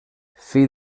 fill